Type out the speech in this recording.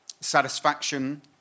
satisfaction